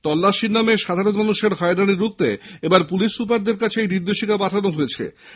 তল্লাশির নামে সাধারণ মানুষের হয়রানি রুখতে এবার পুলিশ সুপারদের কাছে এই নির্দেশিকা পাঠালো নবান্ন